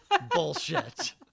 bullshit